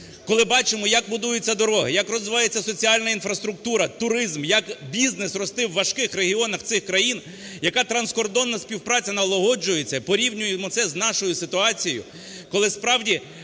коли бачимо, як будуються дороги, як розвивається соціальна інфраструктура, туризм, як бізнес росте в важких регіонах цих країн, яка транскордонна співпраця налагоджується, і порівнюємо це з нашою ситуацією, коли справді